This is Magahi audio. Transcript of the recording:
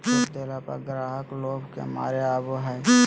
छुट देला पर ग्राहक लोभ के मारे आवो हकाई